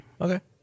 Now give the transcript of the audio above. Okay